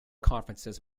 conferences